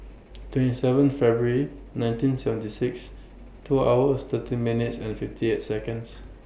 twenty seven February nineteen seventy six two hours thirteen minutes and fifty eight Seconds